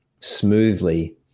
smoothly